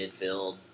midfield